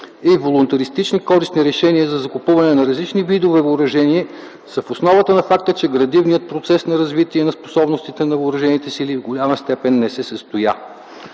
и волунтаристични користни решения за закупуване на различни видове въоръжения са в основата на факта, че градивният процес на развитие на способностите на въоръжените сили в голяма степен не се състоя.